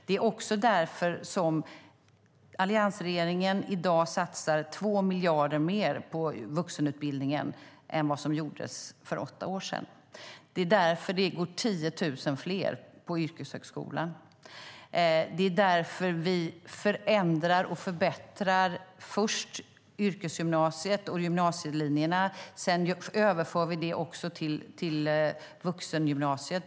Det är också därför som alliansregeringen i dag satsar 2 miljarder mer på vuxenutbildningen än vad som gjordes för åtta år sedan. Det är därför det går 10 000 fler på yrkeshögskolan. Det är därför vi förändrar och förbättrar först yrkesgymnasiet och gymnasielinjerna. Sedan överför vi det också till vuxengymnasiet.